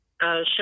Show